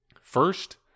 first